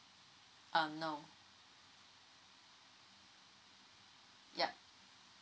um no ya